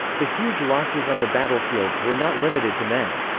the huge losses on the battlefields were not limited to men.